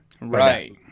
Right